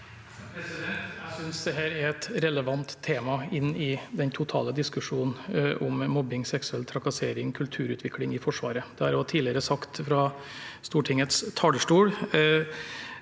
Jeg synes dette er et relevant tema i den totale diskusjonen om mobbing, seksuell trakassering og kulturutvikling i Forsvaret. Det har jeg også tidligere sagt fra Stortingets talerstol.